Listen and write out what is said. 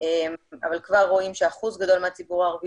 אבל כבר רואים שאחוז גדול מהציבור הערבי